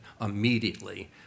immediately